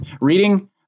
reading